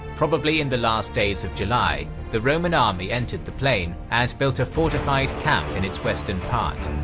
probably in the last days of july, the roman army entered the plain and built a fortified camp in its western part.